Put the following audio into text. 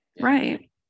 right